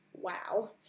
Wow